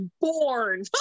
born